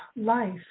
life